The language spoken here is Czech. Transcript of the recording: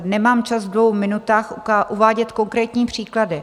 Nemám čas ve dvou minutách uvádět konkrétní příklady.